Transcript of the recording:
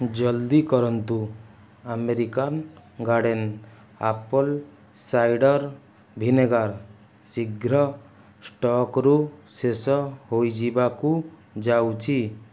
ଜଲ୍ଦି କରନ୍ତୁ American Garden apple cider vinegar ଶୀଘ୍ର ଷ୍ଟକ୍ରୁ ଶେଷ ହୋଇଯିବାକୁ ଯାଉଛି